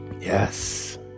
Yes